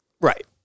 Right